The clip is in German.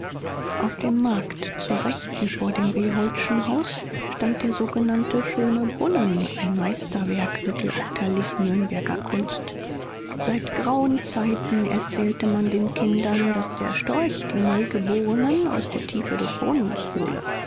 auf dem markt zur rechten vor dem beholdschen haus stand der sogenannte schöne brunnen ein meisterwerk mittelalterlich nürnberger kunst seit grauen zeiten erzählte man den kindern daß der storch die neugeborenen aus der tiefe des brunnens hole